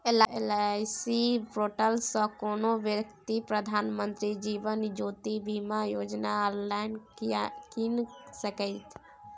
LIC portal सँ कोनो बेकती प्रधानमंत्री जीबन ज्योती बीमा योजना आँनलाइन कीन सकैए